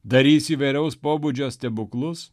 darys įvairaus pobūdžio stebuklus